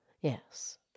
Yes